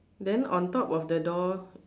then on top of the door